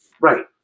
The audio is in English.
Right